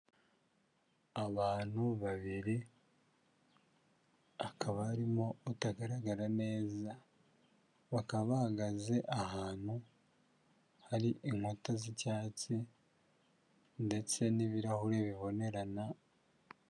Abantu babiri akaba arimo uwutagaragara neza bakaba bahagaze ahantu hari inkuta z'icyatsi ndetse n'ibirahuri bibonerana.